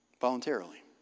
Voluntarily